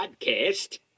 podcast